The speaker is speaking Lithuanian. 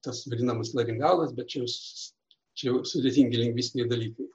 tas vadinamas laringalas bet čia jau s čia jau sudėtingi lingvistiniai dalykai